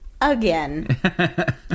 again